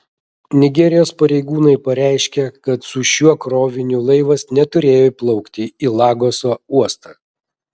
nigerijos pareigūnai pareiškė kad su šiuo kroviniu laivas neturėjo įplaukti į lagoso uostą